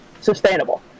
sustainable